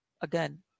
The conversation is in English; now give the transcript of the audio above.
again